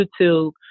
YouTube